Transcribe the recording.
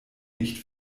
nicht